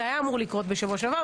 זה היה אמור לקרות בשבוע שעבר